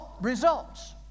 results